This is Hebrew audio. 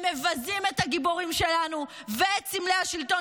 הם מבזים את הגיבורים שלנו ואת סמלי השלטון,